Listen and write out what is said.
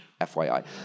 FYI